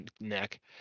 neck